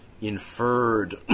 inferred